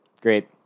Great